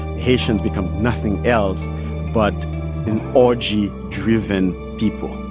haitians become nothing else but an orgy-driven people,